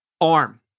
arm